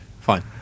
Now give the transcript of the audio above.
Fine